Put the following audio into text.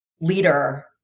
leader